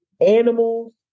animals